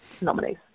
nominees